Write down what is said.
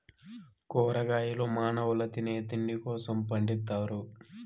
కూరగాయలు మానవుల తినే తిండి కోసం పండిత్తారు